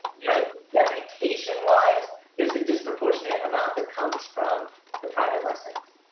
like reputation wise, there's a disproportionate amount that comes from the private lessons.